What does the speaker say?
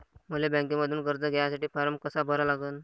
मले बँकेमंधून कर्ज घ्यासाठी फारम कसा भरा लागन?